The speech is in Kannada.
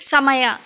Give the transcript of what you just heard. ಸಮಯ